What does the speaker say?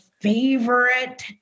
favorite